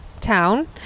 town